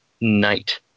Night